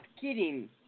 kidding